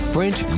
French